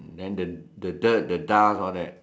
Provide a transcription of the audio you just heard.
then the the dirt the dust all that